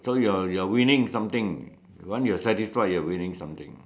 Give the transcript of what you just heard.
so you're you're winning something once you're satisfied you're winning something